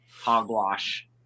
hogwash